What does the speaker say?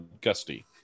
Gusty